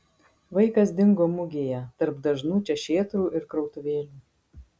vaikas dingo mugėje tarp dažnų čia šėtrų ir krautuvėlių